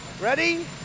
Ready